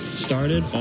Started